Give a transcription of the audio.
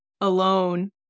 alone